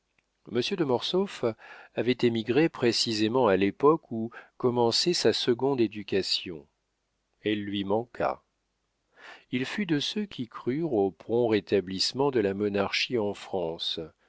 monsieur de mortsauf avait émigré précisément à l'époque où commençait sa seconde éducation elle lui manqua il fut de ceux qui crurent au prompt rétablissement de la monarchie en france